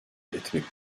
etmek